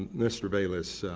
mr. baylis,